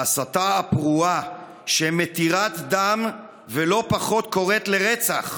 ההסתה הפרועה, שמתירה דם, ולא פחות, קוראת לרצח,